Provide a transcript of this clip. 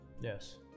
Yes